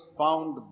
found